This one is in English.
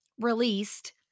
released